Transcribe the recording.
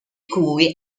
cui